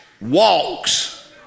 walks